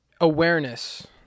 awareness